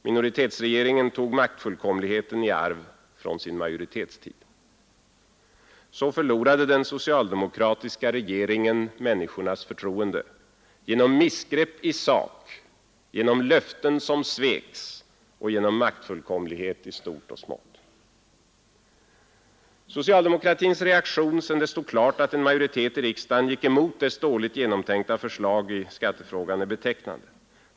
Minoritetsregeringen tog maktfullkomligheten i arv från sin majoritetstid. Så förlorade den socialdemokratiska regeringen människornas förtroende: genom missgrepp i sak, genom löften som sveks och genom maktfullkomlighet i stort och smått. Socialdemokratins reaktion sedan det stod klart att en majoritet i riksdagen gick emot dess dåligt genomtänkta förslag är betecknande.